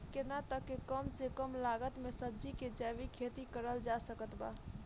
केतना तक के कम से कम लागत मे सब्जी के जैविक खेती करल जा सकत बा?